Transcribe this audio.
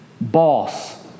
boss